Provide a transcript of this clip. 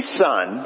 son